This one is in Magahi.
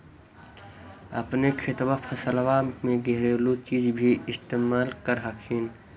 अपने खेतबा फसल्बा मे घरेलू चीज भी इस्तेमल कर हखिन?